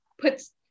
puts